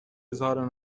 اظهار